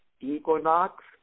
Equinox